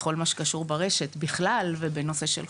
לכל מה שקשור ברשת,